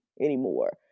anymore